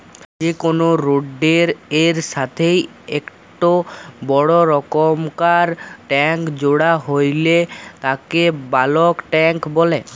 যে কোনো রোডের এর সাথেই একটো বড় রকমকার ট্যাংক জোড়া হইলে তাকে বালক ট্যাঁক বলে